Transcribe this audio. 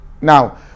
Now